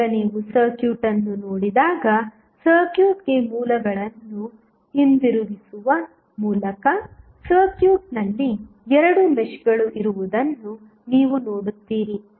ಈಗ ನೀವು ಸರ್ಕ್ಯೂಟ್ ಅನ್ನು ನೋಡಿದಾಗ ಸರ್ಕ್ಯೂಟ್ಗೆ ಮೂಲಗಳನ್ನು ಹಿಂದಿರುಗಿಸುವ ಮೂಲಕ ಸರ್ಕ್ಯೂಟ್ನಲ್ಲಿ 2 ಮೆಶ್ಗಳು ಇರುವುದನ್ನು ನೀವು ನೋಡುತ್ತೀರಿ